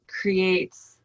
creates